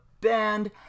band